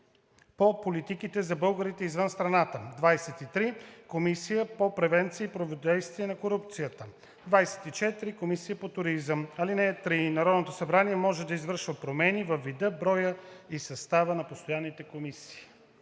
по политиките за българите извън страната; 23. Комисия по превенция и противодействие на корупцията; 24. Комисия по туризъм. (3) Народното събрание може да извършва промени във вида, броя и състава на постоянните комисии.“